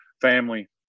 family